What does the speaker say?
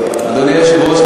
אדוני היושב-ראש,